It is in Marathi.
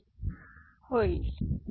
तर पुन्हा 1 तिथे जाईल म्हणून 1 1 बरोबर